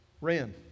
ran